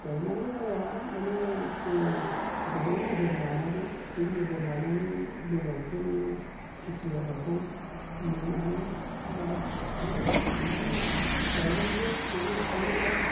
गायनानैल' जाया माने जोङो गोबां नोजोर लानांगौ बे नोजोर लानायनि बेलायावसो नोङो खेति आबादखौ मोननो हायो दा नों जुदि गायनानैल' दलर थायोब्ला